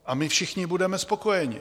A my všichni budeme spokojeni.